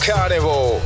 Carnival